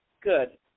Good